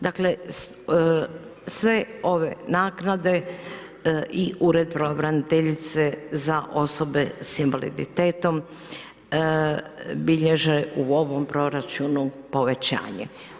Dakle, sve ove naknade i Ured pravobraniteljice za osobe sa invaliditetom bilježe u ovom proračunu povećanje.